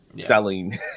selling